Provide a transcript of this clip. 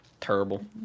Terrible